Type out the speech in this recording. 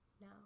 No